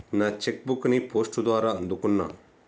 నా cheque book ని post ద్వారా అందుకున్నా